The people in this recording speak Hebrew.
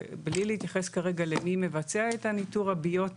אני מציע למקד בגופי ממשלה שמאוד משפיעים על המגוון הביולוגי